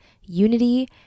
unity